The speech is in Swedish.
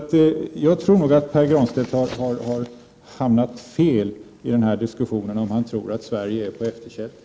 Jag tror att Pär Granstedt har hamnat fel i den här diskussionen, om han tror att Sverige är på efterkälken.